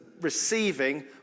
receiving